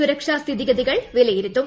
സുരക്ഷാ സ്ഥിതിഗതികൾ വിലയ്ടിരുത്തും